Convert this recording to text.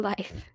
Life